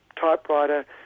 typewriter